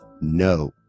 no